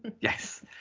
Yes